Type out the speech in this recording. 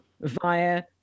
via